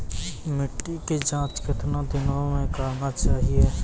मिट्टी की जाँच कितने दिनों मे करना चाहिए?